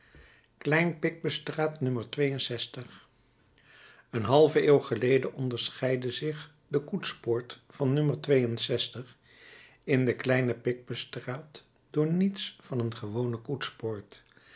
kleine picpus straat een halve eeuw geleden onderscheidde zich de koetspoort van in de kleine picpus straat door niets van een gewone koetspoort